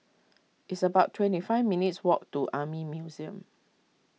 it's about twenty five minutes' walk to Army Museum